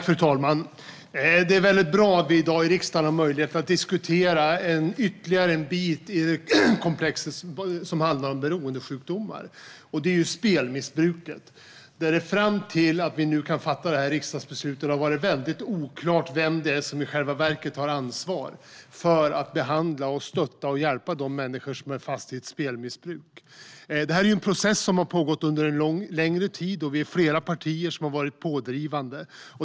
Fru talman! Det är bra att vi i dag har möjlighet att i riksdagen diskutera ytterligare en bit i det komplexa med beroendesjukdomar. Det är spelmissbruket. Fram till nu, när vi kan fatta det här riksdagsbeslutet, har det varit oklart vem som i själva verket har ansvar för att behandla, stötta och hjälpa dem som är fast i spelmissbruk. Det här är en process som pågått en tid. Vi är flera partier som har varit pådrivande.